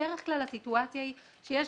בדרך כלל הסיטואציה היא שיש